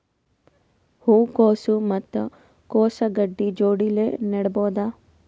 ಹೂ ಕೊಸು ಮತ್ ಕೊಸ ಗಡ್ಡಿ ಜೋಡಿಲ್ಲೆ ನೇಡಬಹ್ದ?